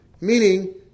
meaning